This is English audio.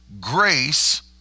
grace